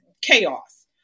chaos